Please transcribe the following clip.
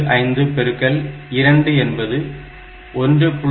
75 பெருக்கல் 2 என்பது 1